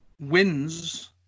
wins